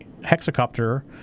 hexacopter